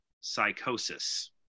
Psychosis